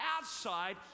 outside